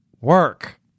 work